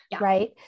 right